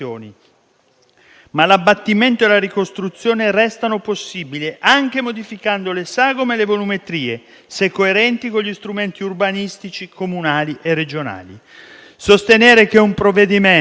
ma l'abbattimento e la ricostruzione restano possibili, anche modificando le sagome e le volumetrie, se coerenti con gli strumenti urbanistici comunali e regionali. Sostenere che questo è un provvedimento